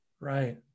Right